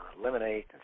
eliminate